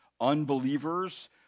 unbelievers